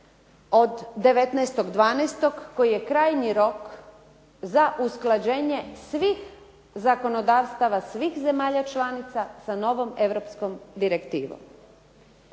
od 19.12. koji je krajnji rok za usklađenje svih zakonodavstava svih zemalja članica sa novom europskom direktivom.